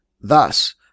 Thus